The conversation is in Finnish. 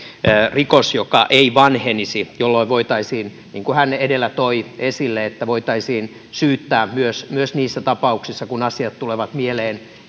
rikos joka ei vanhenisi jolloin voitaisiin niin kuin hän edellä toi esille syyttää myös myös niissä tapauksissa kun asiat tulevat mieleen